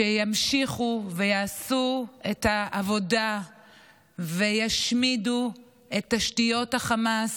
שימשיכו ויעשו את העבודה וישמידו את תשתיות חמאס,